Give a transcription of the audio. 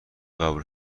قبول